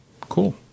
cool